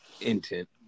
intent